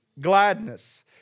gladness